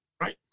right